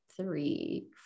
three